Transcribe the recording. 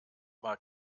war